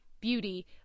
beauty